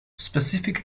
specific